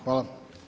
Hvala.